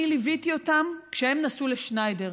אני ליוויתי אותם כשהם נסעו לשניידר,